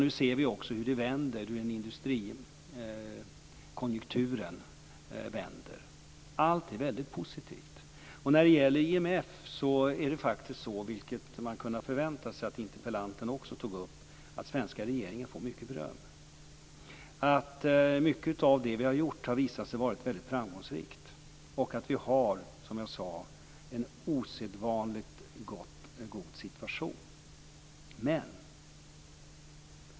Nu ser vi också hur det vänder, hur industrikonjunkturen vänder. Allt är väldigt positivt. När det gäller IMF är det faktiskt så, vilket man kunde ha förväntat sig att interpellanten också tog upp, att den svenska regeringen får mycket beröm. Mycket av det vi har gjort har visat sig vara mycket framgångsrikt, och vi har som jag sade en osedvanligt god situation.